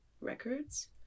records